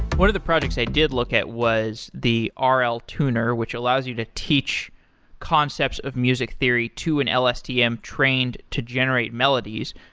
one of the projects i did look at was the rl tuner which allows you to teach concepts of music theory to an lstm trained to generate melodies.